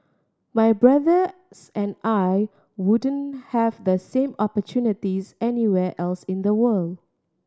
my brothers and I wouldn't have the same opportunities anywhere else in the world